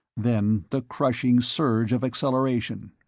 then the crushing surge of acceleration.